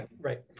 right